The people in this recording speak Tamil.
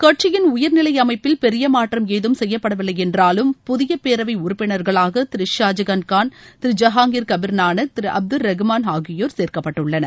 கட்சியின் உயர்நிலை அமைப்பில் பெரிய மாற்றம் ஏதம் செய்யப்படவில்லை என்றாலும் புதிய பேரவை உறுப்பினர்களாக திரு ஷாஜகான் கான் திரு ஜாஹாங்கிர் கபிர் நானக் திரு அப்தர் ரஹ்மான் ஆகியோர் சேர்க்கப்பட்டுள்ளனர்